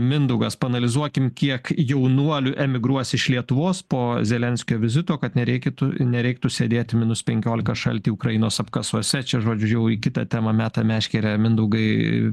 mindaugas paanalizuokim kiek jaunuolių emigruos iš lietuvos po zelenskio vizito kad nereikėtų nereiktų sėdėti minus penkiolika šalty ukrainos apkasuose čia žodžiu jau į kitą temą meta meškerę mindaugai